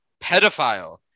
pedophile